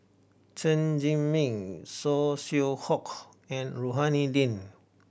Chen Zhiming Saw Swee Hock and Rohani Din